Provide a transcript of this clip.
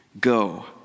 go